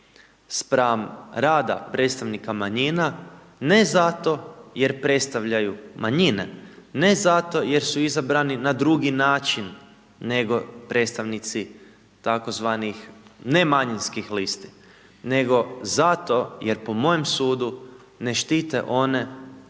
spram rada predstavnika manjina, ne zato jer predstavljaju manjine, ne zato jer su izabrani na drugi način, nego predstavnici tzv. ne manjinskih listi, nego zato jer po mojem sudu ne štite one za čije